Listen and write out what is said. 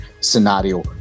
scenario